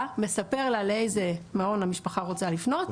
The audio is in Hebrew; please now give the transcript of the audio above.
מספר לה לאיזה מעון המשפחה רוצה לפנות,